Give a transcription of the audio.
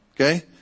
okay